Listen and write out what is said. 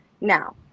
Now